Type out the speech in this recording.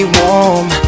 warm